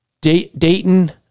Dayton